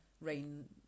Rain